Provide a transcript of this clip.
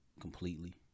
completely